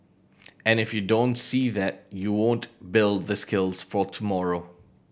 and if you don't see that you won't build the skills for tomorrow